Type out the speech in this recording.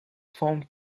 formed